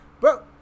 bro